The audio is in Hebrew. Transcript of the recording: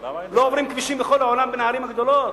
לא עוברים כבישים בכל העולם בין הערים הגדולות?